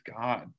God